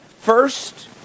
first